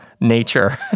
nature